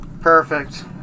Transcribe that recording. Perfect